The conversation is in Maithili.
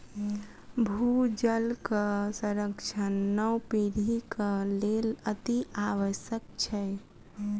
भूजलक संरक्षण नव पीढ़ीक लेल अतिआवश्यक छै